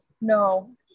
no